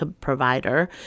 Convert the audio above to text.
provider